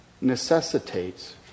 necessitates